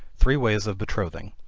three ways of betrothing.